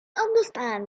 understand